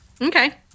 Okay